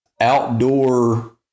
outdoor